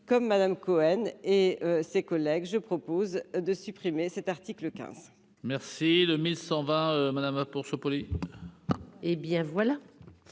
comme Madame Cohen et ses collègues, je propose de supprimer cet article 15. Merci de 1100 va madame pour ce prix. Hé bien, voilà